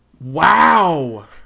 Wow